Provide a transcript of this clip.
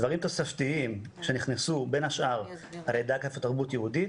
דברים תוספתיים שנכנסו בין השאר על ידי אגף תרבות יהודית,